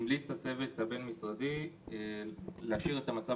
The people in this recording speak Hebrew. הצוות הבין-משרדי המליץ להשאיר את הצו